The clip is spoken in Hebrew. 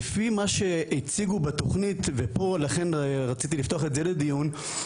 לפי מה שהציגו בתוכנית ופה לכן רציתי לפתוח את זה לדיון,